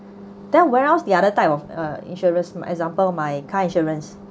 then where else the other type of uh insurance for example my car insurance